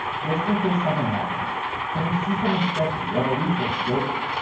just in case something happens or if you see something sketchy, you have a resource to go to